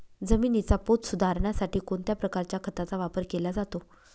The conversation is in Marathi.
जमिनीचा पोत सुधारण्यासाठी कोणत्या प्रकारच्या खताचा वापर केला जातो?